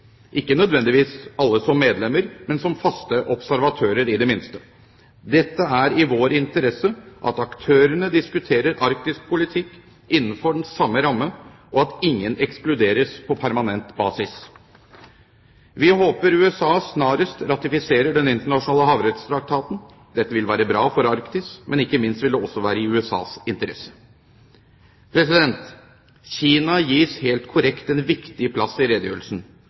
ikke nødvendigvis alle som medlemmer, men i det minste som faste observatører. Det er i vår interesse at aktørene diskuterer arktisk politikk innenfor den samme ramme, og at ingen ekskluderes på permanent basis. Vi håper USA snarest ratifiserer den internasjonale havrettstraktaten. Dette vil være bra for Arktis, men ikke minst vil det også være i USAs interesse. Kina gis helt korrekt en viktig plass i redegjørelsen.